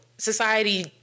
society